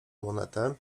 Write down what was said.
monetę